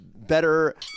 Better